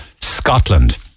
Scotland